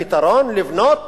הפתרון, לבנות